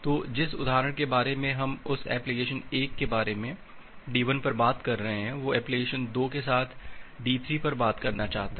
तो जिस उदाहरण के बारे में हम उस एप्लिकेशन 1 के बारे में D1 पर बात कर रहे हैं वह एप्लीकेशन 2 के साथ D3 पर बात करना चाहता है